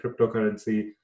cryptocurrency